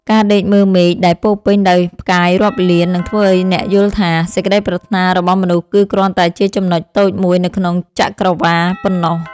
ការដេកមើលមេឃដែលពោរពេញដោយផ្កាយរាប់លាននឹងធ្វើឱ្យអ្នកយល់ថា សេចក្តីប្រាថ្នារបស់មនុស្សគឺគ្រាន់តែជាចំណុចតូចមួយនៅក្នុងចក្កក្រវាឡប៉ុណ្ណោះ។